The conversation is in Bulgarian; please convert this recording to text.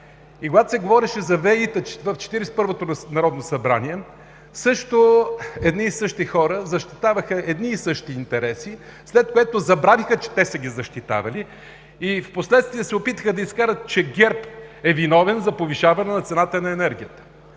Когато се говореше за ВЕИ-та в Четиридесет и първото народно събрание, едни и същи хора защитаваха едни и същи интереси, след което забравиха, че са ги защитавали. Впоследствие се опитаха да изкарат, че ГЕРБ е виновен за повишаване цената на електроенергията.